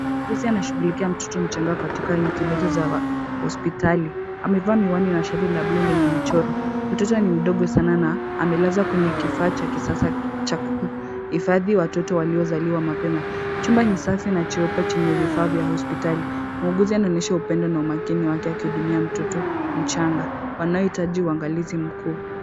Muuguzi nashughulikia mtoto mchanga katika incubator za hospitali. Amevaa miwani na shati la bluu lenye michoro. Mtoto ni mdogo sana na amelazwa kwenye kifaa cha kisasa cha kuhifadhi watoto waliozaliwa mapema. Chumba ni safi na cheupe chenye vifaa vya hospitali. Muuguzi anaonyesha upendo na umakini wake akihudumia mtoto mchanga wanaohitaji uangalizi mkuu.